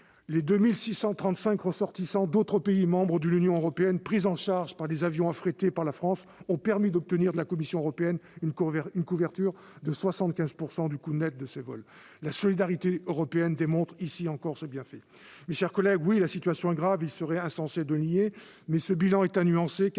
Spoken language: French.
Les 2 635 ressortissants d'autres pays membres de l'Union européenne pris en charge par des avions affrétés par la France ont permis d'obtenir de la Commission européenne une couverture de 75 % du coût net de ces vols. La solidarité européenne montre ici encore ses bienfaits. Mes chers collègues, oui, la situation est grave. Il serait insensé de le nier. Mais ce bilan est à nuancer